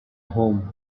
home